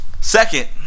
second